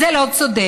זה לא צודק,